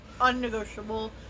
Unnegotiable